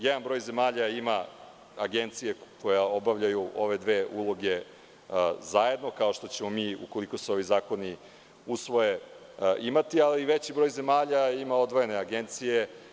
Jedan broj zemalja ima agencije koje obavljaju ove dve uloge zajedno, kao što ćemo mi, ukoliko se ovi zakoni usvoje, imati, ali veći broj zemalja ima odvojene agencije.